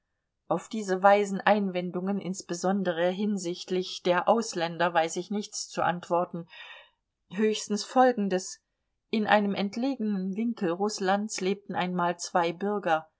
auf diese weisen einwendungen insbesondere hinsichtlich der ausländer weiß ich nichts zu antworten höchstens folgendes in einem entlegenen winkel rußlands lebten einmal zwei bürger